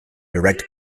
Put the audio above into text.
direct